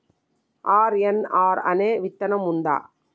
RNR అనే విత్తనం ఉందా?